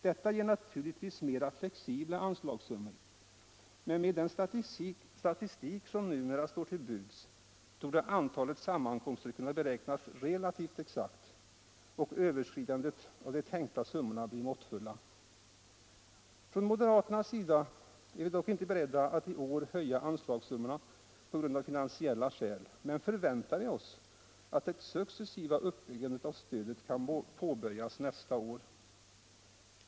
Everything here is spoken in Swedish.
Detta ger naturligtvis mer flexibla anslagssummor, men med den statistik som numera står till buds torde antalet sammankomster kunna beräknas relativt exakt och överskridandet av de tänkta summorna bli måttfulla. Vi moderater är dock inte beredda att i år höja anslagssummorna av finansiella skäl, men vi förväntar oss att det successiva uppbyggandet av stödet kan påbörjas nästa år.